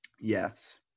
yes